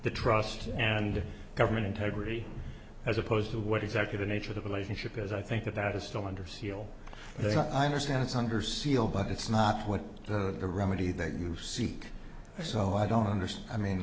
the trust and government integrity as opposed to what executive nature of elation ship is i think that that is still under seal i understand it's under seal but it's not what the remedy that you seek so i don't understand i mean